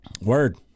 word